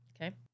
okay